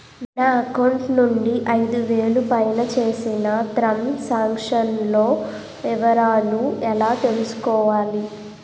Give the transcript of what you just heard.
నా అకౌంట్ నుండి ఐదు వేలు పైన చేసిన త్రం సాంక్షన్ లో వివరాలు ఎలా తెలుసుకోవాలి?